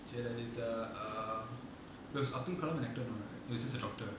Jayalalitha err who else அப்துல்கலாம்:abdul kalam no right he was just a doctor right